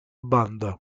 banda